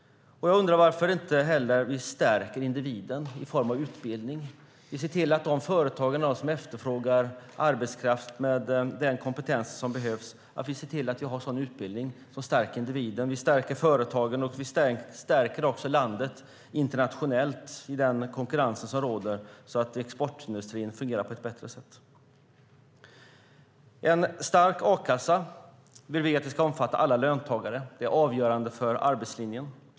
Jag undrar också varför ni inte stärker individen med utbildning så att det finns arbetskraft med den kompetens som företagen efterfrågar. Med utbildning stärker vi individen, företagen och landet internationellt i den konkurrens som råder så att exportindustrin fungerar på ett bättre sätt. En stark a-kassa vill vi ska omfatta alla löntagare. Det är avgörande för arbetslinjen.